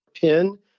pin